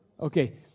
Okay